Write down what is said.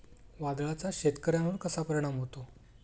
वादळाचा शेतकऱ्यांवर कसा परिणाम होतो?